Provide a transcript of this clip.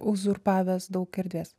uzurpavęs daug erdvės